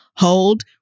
hold